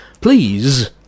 Please